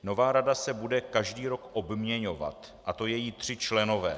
Nová rada se bude každý rok obměňovat, a to její tři členové.